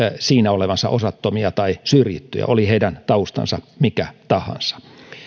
siinä olevansa osattomia tai syrjittyjä oli heidän taustansa mikä tahansa